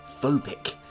Phobic